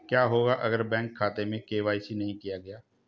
क्या होगा अगर बैंक खाते में के.वाई.सी नहीं किया गया है?